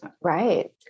Right